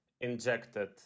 injected